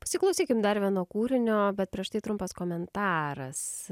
pasiklausykim dar vieno kūrinio bet prieš tai trumpas komentaras